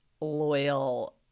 loyal